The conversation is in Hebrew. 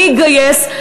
אני אגייס,